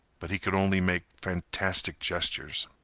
but he could only make fantastic gestures.